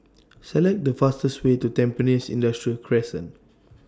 Select The fastest Way to Tampines Industrial Crescent